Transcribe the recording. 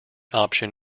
option